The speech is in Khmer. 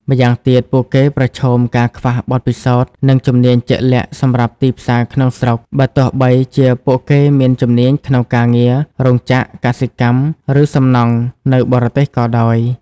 ម្យ៉ាងទៀតពួកគេប្រឈមការខ្វះបទពិសោធន៍និងជំនាញជាក់លាក់សម្រាប់ទីផ្សារក្នុងស្រុកបើទោះបីជាពួកគេមានជំនាញក្នុងការងាររោងចក្រ កសិកម្ម ឬសំណង់នៅបរទេសក៏ដោយ ។